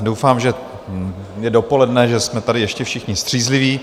Doufám, že je dopoledne, že jsme tady ještě všichni střízliví.